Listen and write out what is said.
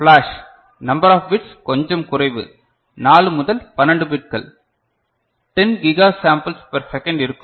flash number of bits கொஞ்சம் குறைவு 4 முதல் 12 பிட்கள் 10 கிகா சாம்பிள்ஸ் பர் செகண்ட் இருக்கும்